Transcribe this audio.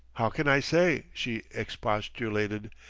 how can i say? she expostulated.